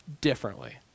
differently